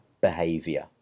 behavior